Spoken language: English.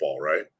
right